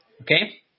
Okay